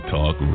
Talk